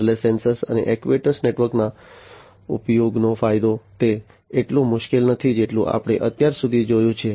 wireless sensor અને actuator network ના ઉપયોગનો ફાયદો તે એટલું મુશ્કેલ નથી જેટલું આપણે અત્યાર સુધી જોયું છે